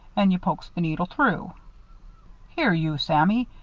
and you pokes the needle through here you, sammy!